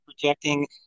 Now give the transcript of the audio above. projecting